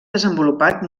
desenvolupat